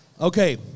Okay